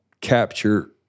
capture